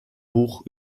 buch